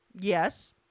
Yes